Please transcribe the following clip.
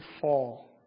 fall